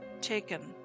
taken